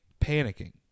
panicking